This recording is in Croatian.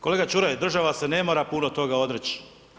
Kolega Čuraj, država se ne mora puno toga odreći.